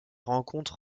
rencontre